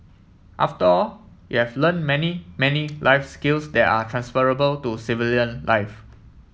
after all you have learn many many life skills that are transferable to civilian life